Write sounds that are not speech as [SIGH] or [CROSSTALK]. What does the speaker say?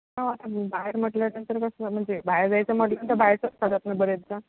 हो आता बाहेर म्हटल्यानंतर कसं म्हणजे बाहेर जायचं म्हटलं तर बाहेरचंच [UNINTELLIGIBLE] ना बरेचदा